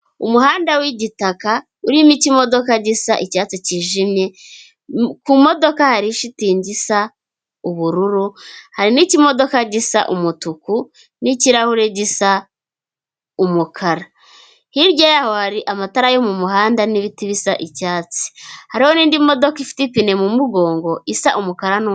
Umuhanda w'igitaka urimo ikimodoka gisa icyatsi cyijimye, ku modoka hari ishitingi isa ubururu, hari n'ikimodoka gisa umutuku n'kirahure gisa umukara. Hirya yaho hari amatara yo mu muhanda n'ibiti bisa icyatsi. Hariho n'indi modoka ifite ipine mu mugongo isa umukara n'u..